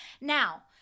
now